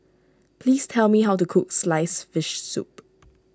please tell me how to cook Sliced Fish Soup